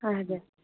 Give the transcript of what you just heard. हजुर